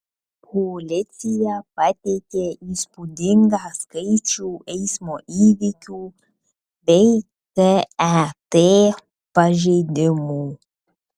policija pateikė įspūdingą skaičių eismo įvykių bei ket pažeidimų